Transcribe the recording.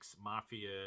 Mafia